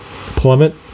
plummet